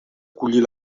collir